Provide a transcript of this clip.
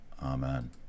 amen